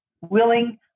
Willing